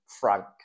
Frank